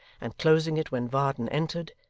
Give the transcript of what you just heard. and closing it when varden entered,